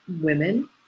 women